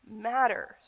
matters